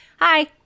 Hi